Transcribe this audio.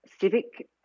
civic